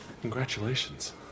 Congratulations